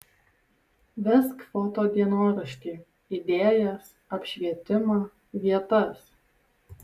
vesk foto dienoraštį idėjas apšvietimą vietas